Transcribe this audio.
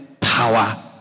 power